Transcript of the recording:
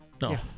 No